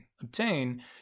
obtain